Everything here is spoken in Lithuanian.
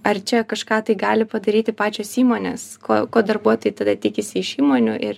ar čia kažką tai gali padaryti pačios įmonės ko ko darbuotojai tada tikisi iš įmonių ir